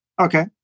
Okay